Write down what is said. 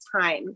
time